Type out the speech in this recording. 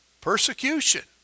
Persecution